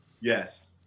Yes